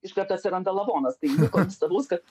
iškart atsiranda lavonas tai nieko nuostabaus kad